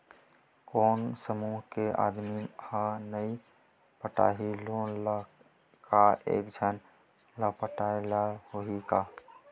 कोन समूह के आदमी हा नई पटाही लोन ला का एक झन ला पटाय ला होही का?